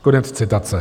Konec citace.